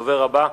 הדובר הבא,